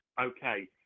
Okay